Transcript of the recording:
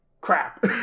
crap